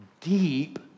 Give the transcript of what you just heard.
deep